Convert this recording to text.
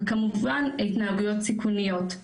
וכמובן התנהגויות סיכוניות.